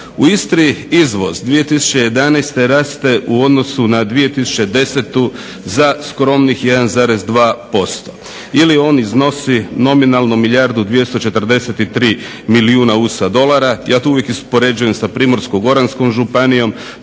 U Istri izvoz 2011.raste u odnosu na 2010. Za skromnih 1,2% ili on iznosi nominalno milijardu 243 milijuna USA dolara. Ja to uvijek uspoređujem sa Primorsko-goranskom županijom.